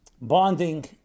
bonding